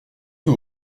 aux